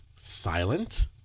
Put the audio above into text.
silent